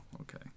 okay